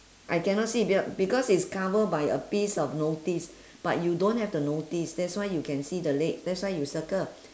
I cannot see b~ ya because it's cover by a piece of notice but you don't have the notice that's why you can see the leg that's why you circle